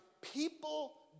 People